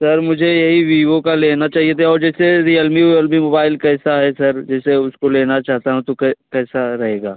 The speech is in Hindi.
सर मुझे यहीं विवो का लेना चाहिए था और जैसे रियलमी वियलमी मोबाइल कैसा है सर जैसे उसको लेना चाहता हूँ तो कै कैसा रहेगा